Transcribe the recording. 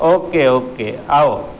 okay okay આવો